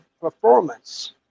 performance